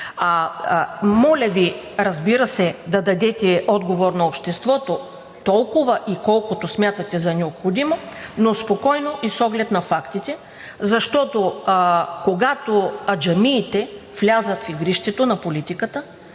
Моля Ви, разбира се, да дадете отговор на обществото толкова и колкото смятате за необходимо, но спокойно и с оглед на фактите, защото, когато аджамиите влязат в игрището на политиката,